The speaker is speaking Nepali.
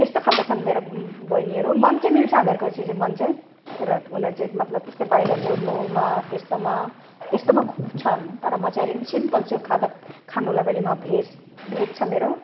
त्यस्तो खालका छन् मेरो बहिनीहरू मन चाहिँ मिल्छ हामीहरूको चाहिँ मन चाहिँ तर उनीहरू चाहिँ मतलब त्यस्तै बाहिर घुर्नुमा त्यस्तोमा त्यस्तोमा खुब छन् तर म चाहिँ अलिकति सिम्पल छु खादाप खानुलाई पनि म भेज भेज छ मेरो